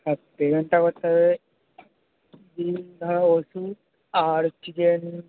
হ্যাঁ পেমেন্টটা করতে হবে তুমি ধরো ওষুধ আর চিকেন